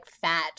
fat